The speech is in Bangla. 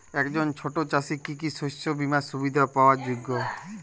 একজন ছোট চাষি কি কি শস্য বিমার সুবিধা পাওয়ার যোগ্য?